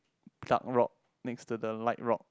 dark rock next to the light rock